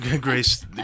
grace